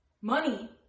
Money